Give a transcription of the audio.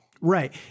Right